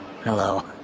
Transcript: Hello